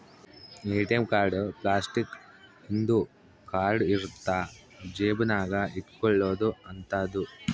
ATM card plastic ಇಂದು card ಇರುತ್ತ ಜೇಬ ನಾಗ ಇಟ್ಕೊಲೊ ಅಂತದು